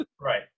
Right